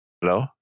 hello